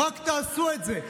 רק תעשו את זה.